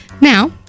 Now